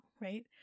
right